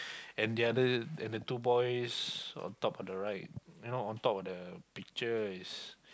and the other the two boys on top of the right on top of the picture is